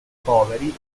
poveri